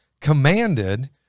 commanded